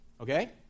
Okay